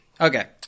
Okay